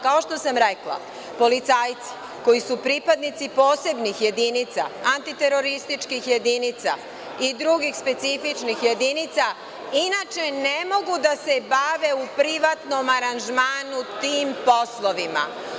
Kao što sam rekla, policajci koji su pripadnici posebnih jedinica, antiterorističkih jedinica i drugih specifičnih jedinica, inače ne mogu da se bave u privatnom aranžmanu tim poslovima.